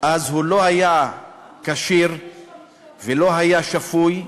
הוא לא היה כשיר ולא היה שפוי,